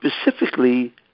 Specifically